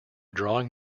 drawing